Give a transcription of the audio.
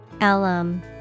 alum